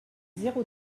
zéro